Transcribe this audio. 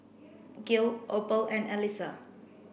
Gil Opal and Elyssa